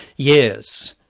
yes.